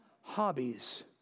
hobbies